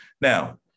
Now